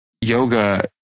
yoga